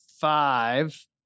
five